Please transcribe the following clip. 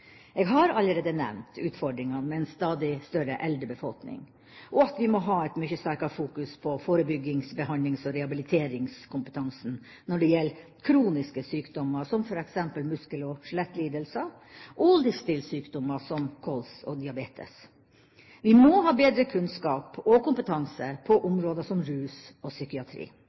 Jeg har allerede nevnt utfordringene med en stadig større eldre befolkning og at vi må ha et mye sterkere fokus på forebyggings-, behandlings- og rehabiliteringskompetanse når det gjelder kroniske sykdommer, som f.eks. muskel- og skjelettlidelser og livsstilssykdommer som kols og diabetes. Vi må ha bedre kunnskap og kompetanse på områder som rus og psykiatri.